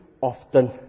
often